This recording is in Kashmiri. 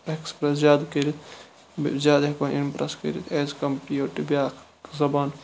ایٚکٔسپرٛس زیادٕ کٔرِتھ زیادٕ ہیٚکون اِمپرٛس کٔرِتھ ایٚز کَمپِیٲڑ ٹُو بیٛاکھ زَبان